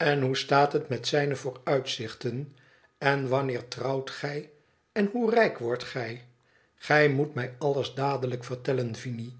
d hoe staat het met zijne vooruitzichten en wanneer trouwt gij en hoe rijk wordt gij gij moet mij alles dadelijk vertellen viiiie